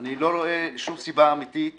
אני לא רואה שום סיבה אמיתית